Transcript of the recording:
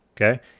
Okay